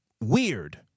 weird